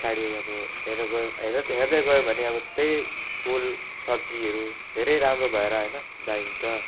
पछाडि अब हेरे गयो हेर्दै गयो भने अब त्यही फुल सब्जीहरू धेरै राम्रो भएर होइन जाइदिन्छ